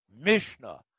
Mishnah